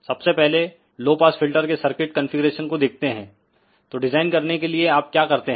सबसे पहलेलो pass filter के सर्किट कंफीग्रेशन को देखते हैं तो डिजाइन करने के लिए आप क्या करते हैं